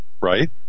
right